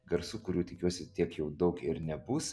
garsų kurių tikiuosi tiek jau daug ir nebus